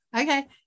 Okay